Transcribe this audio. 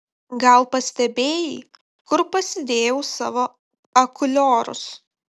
gal pastebėjai kur pasidėjau savo akuliorus